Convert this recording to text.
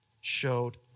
showed